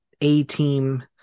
A-team